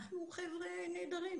אנחנו הרי חבר'ה נהדרים.